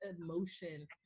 emotion